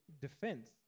defense